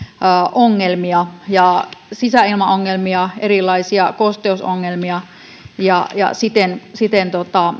ongelmia sisäilmaongelmia erilaisia kosteusongelmia siten siten